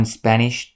spanish